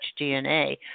DNA